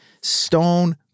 Stone